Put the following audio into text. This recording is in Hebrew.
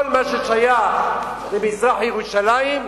כל מה ששייך למזרח-ירושלים,